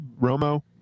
Romo